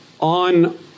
on